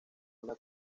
una